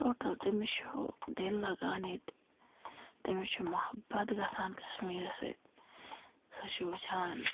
total تٔمِس چھُ دِل لَگان ییٚتہِ تٔمِس چھُ محبت گَژھان کَشمیٖرَس سۭتۍ سُہ چھِ وٕچھان